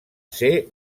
ser